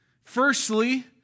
Firstly